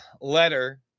letter